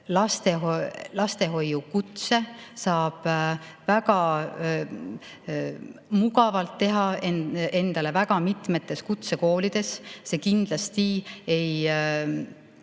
lapsehoidja kutse saab väga mugavalt teha endale väga mitmes kutsekoolis. See kindlasti ei